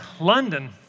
London